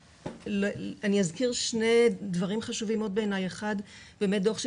אני אזכיר שני דברים חשובים: 1. הדוח של